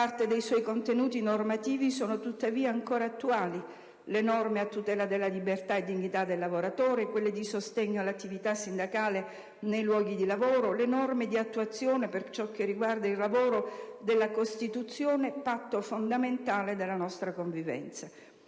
parte dei suoi contenuti normativi tuttavia sono ancora attuali: le norme a tutela della libertà e dignità del lavoratore, le norme di sostegno all'attività sindacale nei luoghi di lavoro, le norme di attuazione, per quanto riguarda il lavoro, della Costituzione, patto fondamentale della nostra convivenza.